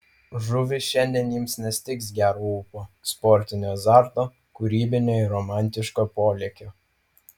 žuvys šiandien jums nestigs gero ūpo sportinio azarto kūrybinio ir romantiško polėkio